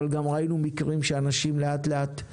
אבל ראינו מקרים של אנשים שהשתקמו לאט לאט מהתמכרות.